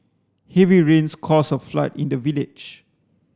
heavy rains caused a flood in the village